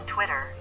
Twitter